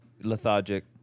Lethargic